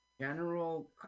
General